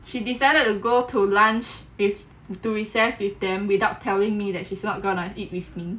she decided to go to lunch with to recess with them without telling me that she's not gonna eat with me